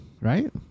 right